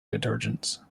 detergents